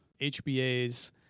HBAs